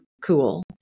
cool